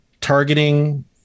targeting